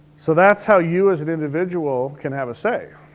so that's how you as an individual can have a say.